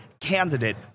candidate